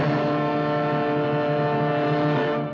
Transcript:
and